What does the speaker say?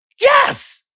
Yes